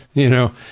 you know?